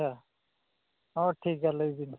ᱟᱪᱪᱷᱟ ᱦᱮᱸ ᱴᱷᱤᱠ ᱜᱮᱭᱟ ᱞᱟᱹᱭ ᱵᱤᱱ